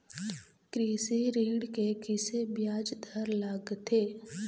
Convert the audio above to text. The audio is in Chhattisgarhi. कृषि ऋण के किसे ब्याज दर लगथे?